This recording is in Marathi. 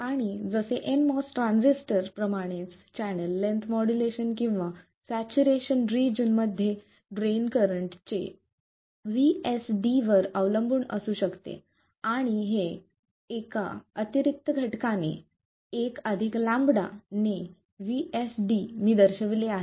आणि जसे nMOS ट्रान्झिस्टर्स प्रमाणेच चॅनल लेन्थ मोड्यूलेशन किंवा सॅच्युरेशन रिजन मध्ये ड्रेन करंट चे VSD वर अवलंबन असू शकते आणि हे एका अतिरिक्त घटकाने 1 λ ने VSD मी दर्शविले आहे